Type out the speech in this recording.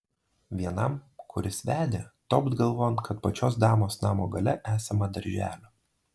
vienam kuris vedė topt galvon kad pačios damos namo gale esama darželio